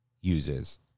uses